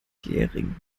gehring